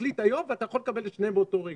תחליט היום ואתה יכול לקבל את שניהם באותו רגע.